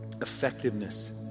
effectiveness